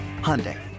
Hyundai